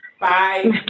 Bye